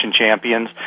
Champions